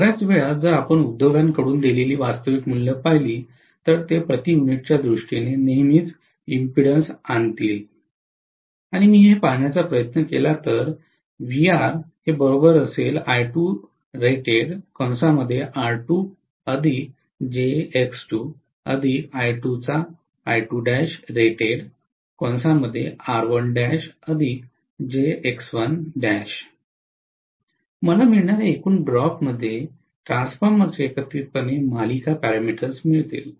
बर्याच वेळा जर आपण उद्योगाकडून दिलेली वास्तविक मूल्ये पाहिली तर ते प्रति युनिटच्या दृष्टीने नेहमीच इम्पेन्डन्सआणतील आणि मी हे पहाण्याचा प्रयत्न केला तर मला मिळणार्या एकूण ड्रॉप मध्ये ट्रान्सफॉर्मरचे एकत्रितपणे मालिका पॅरामीटर्स मिळतील